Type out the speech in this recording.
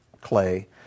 clay